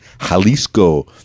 Jalisco